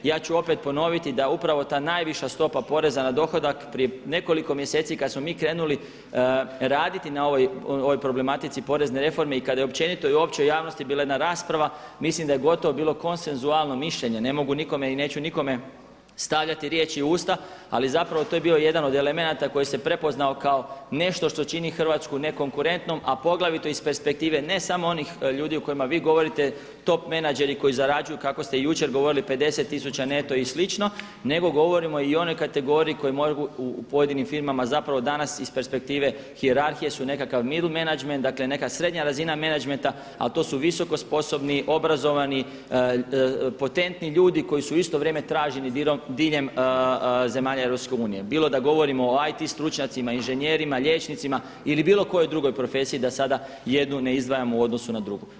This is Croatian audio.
I ja ću opet ponoviti da upravo ta najviša stopa poreza na dohodak, prije nekoliko mjeseci kada smo mi krenuli raditi na ovoj problematici porezne reforme i kada je općenito i u općoj javnosti bila jedna rasprava mislim da je gotovo bilo konsenzualno mišljenje, ne mogu nikome i neću nikome stavljati u riječi u usta ali zapravo to je bio jedan od elementa koji se prepoznao kao nešto što čini Hrvatsku nekonkurentnom a poglavito iz perspektive ne samo onih ljudi o kojima vi govorite, top menadžeri koji zarađuju kako ste jučer govorili 50 tisuća neto i slično nego govorimo i o onoj kategoriji koji mogu, u pojedinim firmama a zapravo danas iz perspektive hijerarhije su nekakav mild manager, dakle neka srednja razina menadžmenta ali to su visoko sposobni, obrazovani, potentni ljudi koji su u isto vrijeme traženi diljem zemalja EU bilo da govorimo o IT stručnjacima, inženjerima, liječnicima ili bilo kojoj drugoj profesiji da sada jednu ne izdvajamo u odnosu na drugu.